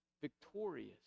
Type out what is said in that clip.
victorious